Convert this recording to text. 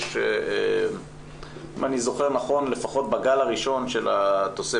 יש אם אני זוכר נכון לפחות בגל הראשון של התוספת